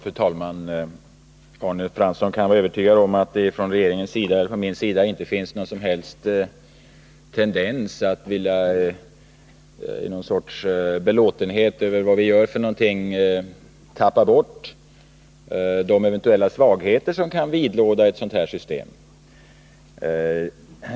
Fru talman! Arne Fransson kan vara övertygad om att varken jag eller regeringen i övrigt har någon tendens att, i någon sorts belåtenhet över vad vi gör, tappa bort de eventuella svagheter som kan vidlåda ett sådant här system.